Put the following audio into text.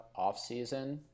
offseason